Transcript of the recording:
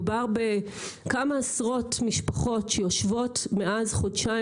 מדובר בכמה עשרות משפחות שיושבות מאז חודשיים,